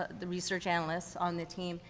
ah the research analysts on the team,